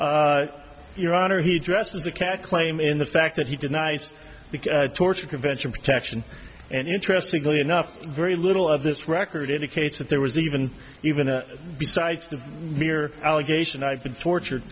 it's your honor he dresses the cat claim in the fact that he denies the torture convention protection and interestingly enough very little of this record indicates that there was even even a besides the mere allegation i've been tortured